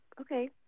Okay